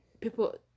People